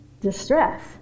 Distress